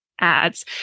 ads